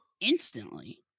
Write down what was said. instantly